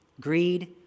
Greed